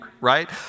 right